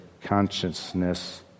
consciousness